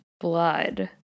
blood